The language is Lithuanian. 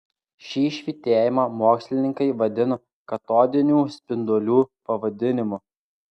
šį švytėjimą mokslininkai vadino katodinių spindulių pavadinimu